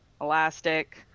elastic